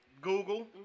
Google